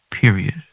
Period